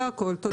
זה הכול, תודה.